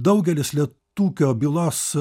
daugelis lietūkio bylos